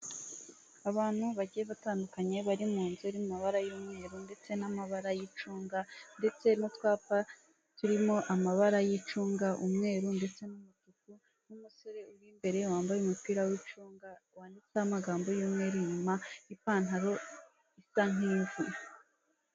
Abantu bagiye batandukanye bari mu nzu iri mu mabara y'umweru ndetse n'amabara y'icunga, ndetse n'utwapa turimo amabara y'icunga, umweru ndetse n'umutuku, n'umusore uri imbere wambaye umupira w'icunga, wanditseho amagambo y'umweru inyuma, ipantaro isa nk'ivu.